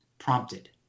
prompted